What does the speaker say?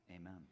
Amen